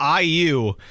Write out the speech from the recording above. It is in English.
IU